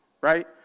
right